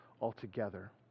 altogether